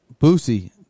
Boosie